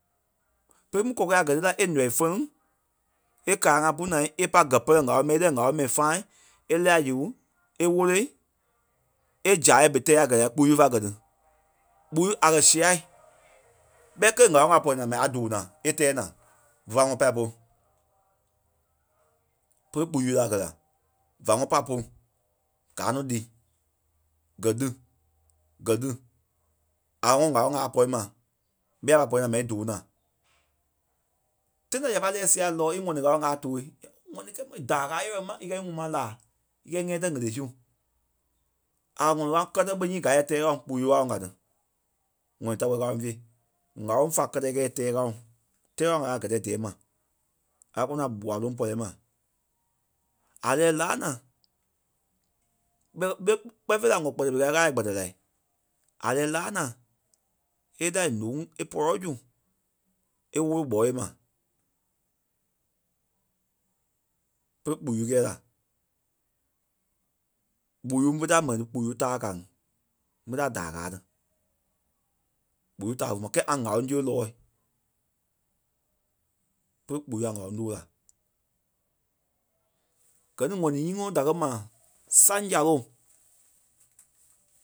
Pere mu kɔkɛ̂ɛ a gɛ ti la e nɔii fɛ́ŋ e kala ŋai pú naa e pai gɛ́ pɛlɛ ŋ̀áloŋ mɛi í lɛɛ la ŋ̀áloŋ mɛi fãâi e lɛ́ɛ la zu e woloi e zaa yɛ berei tɛ́ɛ a gɛ́ la kpuu fa gɛ ti. Kpuu a kɛ̀ sia ɓɛ kélee ŋ̀áloŋ a pɔri naa ma a dóo naa e tɛɛ naa fé pai ŋɔnɔ pâi polu. Bere kpuu a gɛ́ la. Va ŋɔnɔ pai polu gaa nɔ lii, gɛ lí, gɛ lí. A ŋɔnɔ ŋ̀áloŋ a pɔri ma ɓɛ a pai pɔri naa mɛi e dóo naa. Tãi ta ya pai lɛ́ɛ sia lɔɔ̂i í ŋɔni ŋ̀áŋ káa tooi. ŋɔni kɛ mo daai káa area ŋí ma íkɛ í ŋuŋ maa laa íkɛ íŋɛi tɛ̀ ɣele su. A ŋɔni ŋa kɛ́tɛ ɓe í gaa yɛ tɛ́ɛ ŋáloŋ kpuu ŋáloŋ ka ti. ŋɔni ta kpɛli ŋáloŋ fe. ŋ̀áloŋ fa kɛtɛ e kɛɛ yɛ tɛ́ɛ ŋáloŋ. Tɛ́ɛ ŋáloŋ a kɛ̀ a gɛtɛ dɛɛ ma. A kɛ̀ nɔ a gbua loŋ pɔlɛɛ ma. A lɛ́ɛ laa naa ɓɛ kpi- kpɛɛ fêi wɔ̀ kpɛtɛ pere Ɣâla e kpɛtɛ la a lɛ́ɛ laa naa e lɛ́ɛ la ǹóŋ e pɔlɔ zu e wolo kpɔɔ yée ma. Pe kpuu kɛɛ la. Kpuu fe ta ḿve ta mɛni ní kpuu taa ka ŋí. ɓé ta daa ŋí kaa ni. Gbuu ta fe ma. Kɛɛ a ŋ̀áloŋ siɣe lɔɔ̂i. ɓé kpuu a ŋ̀áloŋ tóo la. Gɛ ni ŋ̀ɔnii nyii ŋɔnɔ da kɛ̀ ma saŋ-saloo